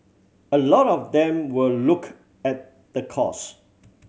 a lot of them will look at the cost